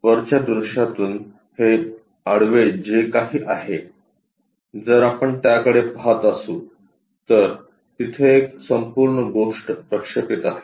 तर वरच्या दृश्यातून हे आडवे जे काही आहे जर आपण त्याकडे पहात असू तर तिथे एक संपूर्ण गोष्ट प्रक्षेपित आहे